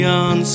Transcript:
on